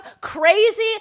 crazy